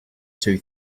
two